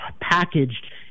packaged